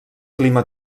clima